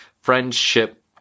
friendship